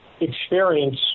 experience